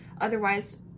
Otherwise